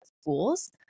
schools